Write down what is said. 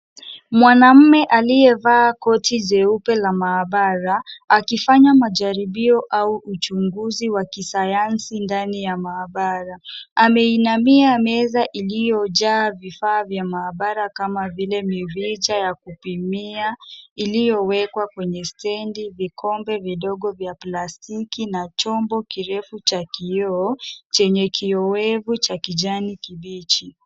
Mwanaume aliyevaa koti jeupe la maabara, akifanya majaribio au uchunguzi wa kisayansi ndani ya maabara. Ameinamia meza iliyojaa vifaa vya maabara kama vile mirija ya kupimia iliyowekwa kwenye stendi, vikombe vidogo vya plastiki na chombo kirefu cha kioo, chenye kioevu cha kijani kibichi.